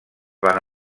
van